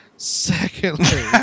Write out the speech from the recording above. Secondly